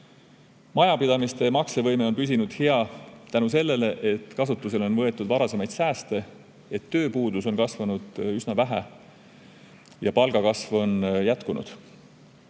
Majapidamiste maksevõime on püsinud hea tänu sellele, et kasutusele on võetud varasemaid sääste, tööpuudus on kasvanud üsna vähe ja palgakasv on jätkunud.